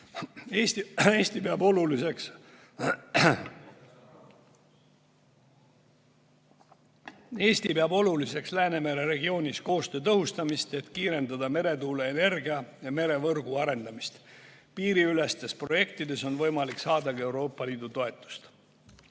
Eesti peab oluliseks Läänemere regioonis koostöö tõhustamist, et kiirendada meretuuleenergia ja merevõrgu arendamist. Piiriülestes projektides on võimalik saada ka Euroopa Liidu toetust.